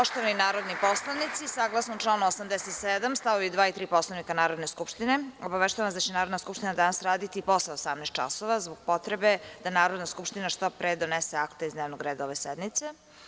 Poštovani narodni poslanici, saglasno članu 87. st. 2. i 3. Poslovnika Narodne skupštine, obaveštavam vas da će Narodna skupština danas raditi i posle 18.00 časova, zbog potrebe da Narodna skupština što pre donese akte iz dnevnog reda ove sednice.